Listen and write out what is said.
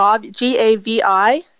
G-A-V-I